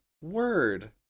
word